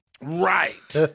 Right